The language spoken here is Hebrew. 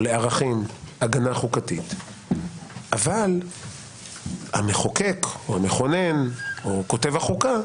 לערכים הגנה חוקתית אבל המחוקק או המכונן או כותב החוקה